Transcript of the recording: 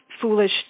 foolish